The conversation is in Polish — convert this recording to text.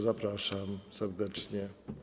Zapraszam serdecznie.